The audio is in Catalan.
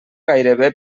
gairebé